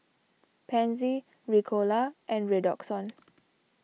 Pansy Ricola and Redoxon